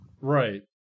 right